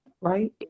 Right